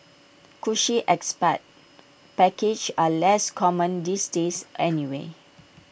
cushy expat packages are less common these days anyway